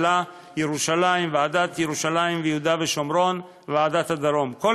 של מהפך בניהול עולם שינוי תחום השיפוט וחלוקת ההכנסות בין